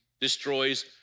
destroys